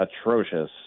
atrocious